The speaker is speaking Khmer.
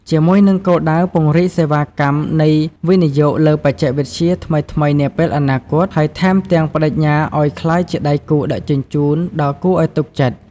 ជាមួយនឹងគោលដៅពង្រីកសេវាកម្មនៃវិនិយោគលើបច្ចេកវិទ្យាថ្មីៗនាពេលអនាគត ហើយថែមទាំងប្តេជ្ញាឲ្យក្លាយជាដៃគូដឹកជញ្ជូនដ៏គួរឲ្យជឿទុកចិត្ត ។